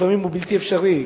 לפעמים הם בלתי אפשריים,